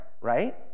right